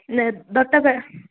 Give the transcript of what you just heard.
இல்லை